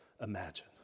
imagine